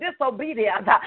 disobedience